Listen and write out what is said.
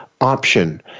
option